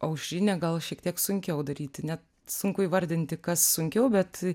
aušrinę gal šiek tiek sunkiau daryti net sunku įvardinti kas sunkiau bet